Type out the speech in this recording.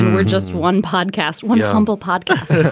we're just one podcast. one humble podcast